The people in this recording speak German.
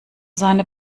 seine